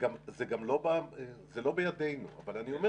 זה לא בידינו, אבל אני אומר